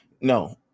no